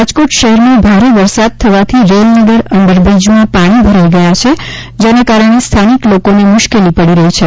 રાજકોટ શહેરમાં ભારે વરસાદ થવાથી રેલનગર અંડરબ્રીજમાં પાણી ભરાઇ ગયા છે જેના કારણે સ્થાનિક લોકોને મુશ્કેલી પડી રહી છે